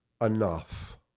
enough